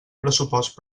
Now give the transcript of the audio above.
pressupost